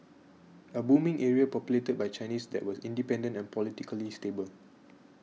a booming area populated by Chinese that was independent and politically stable